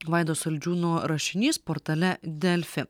ir vaido saldžiūno rašinys portale delfi